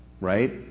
Right